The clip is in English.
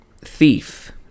thief